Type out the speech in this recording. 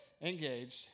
engaged